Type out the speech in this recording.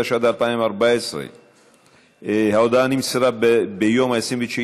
התשע"ד 2014. ההודעה נמסרה ביום 29 במאי